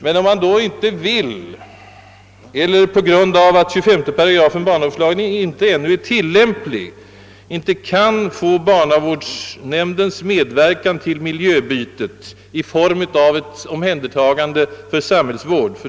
Men om vederbörande inte vill vända sig till barnavårdsnämnden; eller om 25 § barnavårdslagen inte är tillämplig, kan man inte få nämndens ekonomiska medverkan till miljöbytet. Sådan förutsätter nämligen ett omhändertagande för samhällsvård.